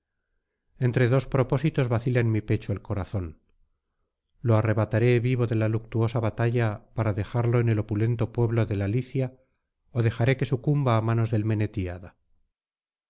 entre dos propósitos vacila en mi pecho el corazón lo arrebataré vivo de la luctuosa batalla para dejarlo en el opulento pueblo de la licia ó dejaré que sucumba á manos del menetíada